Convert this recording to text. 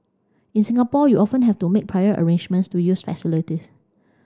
in Singapore you often have to make prior arrangements to use facilities